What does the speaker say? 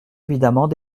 évidemment